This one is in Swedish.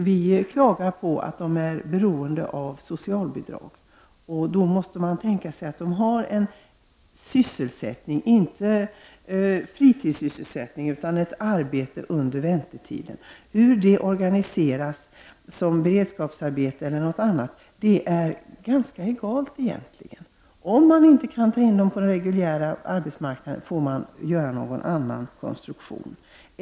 Vi klagar över att flyktingarna är beroende av socialbidrag. Då måste man tänka sig att ge dem en sysselsättning, inte fritidssysselsättning utan ett arbete, under väntetiden. Hur det organiseras, som beredskapsarbete eller på annat sätt är egentligen ganska egalt. Om man inte kan ta in dem på den reguljära arbetsemarknaden, får man göra någon annan konstruktion.